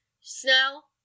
snell